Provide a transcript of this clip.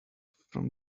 from